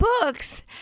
books